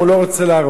אם הוא לא רוצה להרוס,